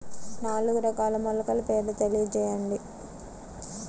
నాలుగు రకాల మొలకల పేర్లు తెలియజేయండి?